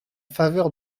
faveur